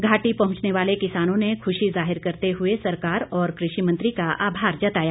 घाटी पहुंचने वाले किसानों ने खुशी जाहिर करते हुए सरकार और कृषि मंत्री का आभार जताया